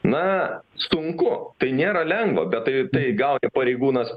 na sunku tai nėra lengva bet tai gauni pareigūnas